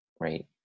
right